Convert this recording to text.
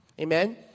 Amen